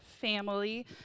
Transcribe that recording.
family